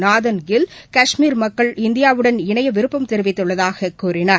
நாதன் Gill Kashmir மக்கள் இந்தியாவுடன் இணையவிருப்பம் தெரிவித்துள்ளதாககூறினார்